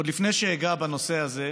עוד לפני שאגע בנושא הזה,